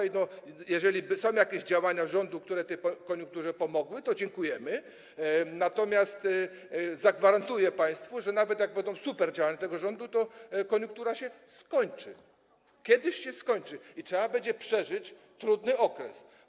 Jeżeli są jakieś działania rządu, które tej koniunkturze pomogły, to dziękujemy, natomiast zagwarantuję państwu, że nawet jak będą wdrażane superdziałania tego rządu, to koniunktura kiedyś się skończy i trzeba będzie przeżyć trudny okres.